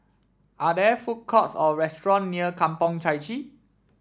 are there food courts or restaurant near Kampong Chai Chee